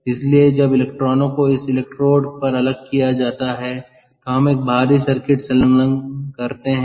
इसलिए जब इलेक्ट्रॉनों को इस इलेक्ट्रोड पर अलग किया जाता है तो हम एक बाहरी सर्किट संलग्न करते हैं